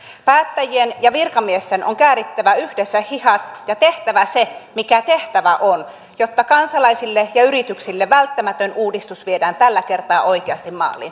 päättäjien ja virkamiesten on käärittävä yhdessä hihat ja tehtävä se mikä tehtävä on jotta kansalaisille ja yrityksille välttämätön uudistus viedään tällä kertaa oikeasti maaliin